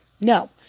No